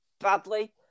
badly